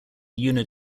unit